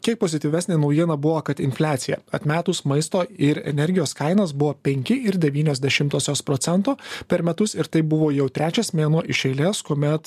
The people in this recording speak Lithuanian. kiek pozityvesnė naujiena buvo kad infliacija atmetus maisto ir energijos kainas penki ir devynios dešimtosios procento per metus ir tai buvo jau trečias mėnuo iš eilės kuomet